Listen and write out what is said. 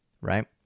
right